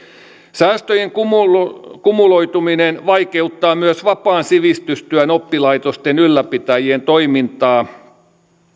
säästöjen kumuloituminen kumuloituminen vaikeuttaa myös vapaan sivistystyön oppilaitosten ylläpitäjien toimintaa